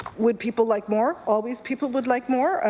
would people like more? always people would like more.